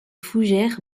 fougères